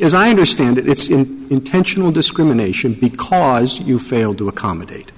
is i understand it's intentional discrimination because you failed to accommodate